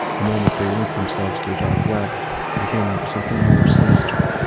the moment they linked themselves to the dark web they became something more sinister.